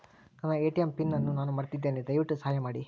ನನ್ನ ATM PIN ಅನ್ನು ನಾನು ಮರೆತಿದ್ದೇನೆ, ದಯವಿಟ್ಟು ಸಹಾಯ ಮಾಡಿ